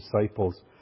disciples